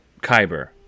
Kyber